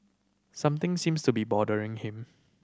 something seems to be bothering him